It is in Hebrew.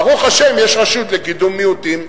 ברוך השם יש רשות לקידום מיעוטים.